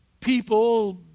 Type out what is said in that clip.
people